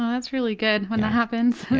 that's really good when that happens.